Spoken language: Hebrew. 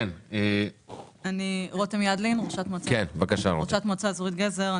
אני ראשת מועצה אזורי גזר.